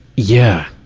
yeah.